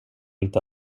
inte